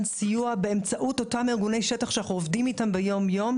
סיוע באמצעות אותם ארגוני שטח שאנחנו עובדים איתם ביום-יום,